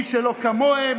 מי שלא כמוהם,